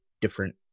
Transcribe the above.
different